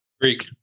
Greek